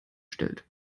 stellt